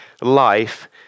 life